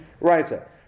writer